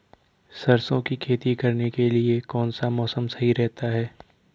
सरसों की खेती करने के लिए कौनसा मौसम सही रहता है?